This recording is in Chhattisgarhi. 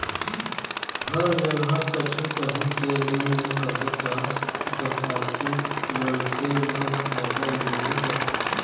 हर जगा कछु काही के लेन देन करबे ता ओखर पावती मनखे मन ल बरोबर मिलबे करथे